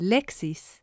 Lexis